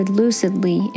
lucidly